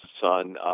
son